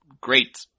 great